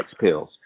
pills